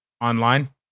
Online